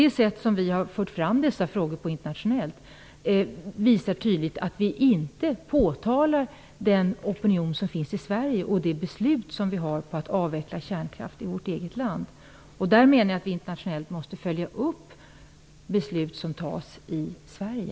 Det sätt på vilket vi har fört fram dessa frågor internationellt visar tydligt att vi inte talar om den opinion som finns i Sverige och det beslut som har fattats om att avveckla kärnkraft i vårt eget land. Jag anser att vi internationellt måste följa upp beslut som fattas i Sverige.